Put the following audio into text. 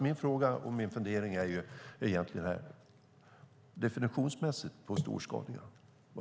Min fråga och min fundering är: Vad menas egentligen definitionsmässigt med "storskaliga"?